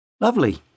Lovely